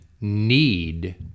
need